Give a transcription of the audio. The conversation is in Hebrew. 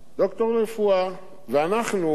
דוקטור לרפואה, ואנחנו,